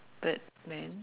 birdman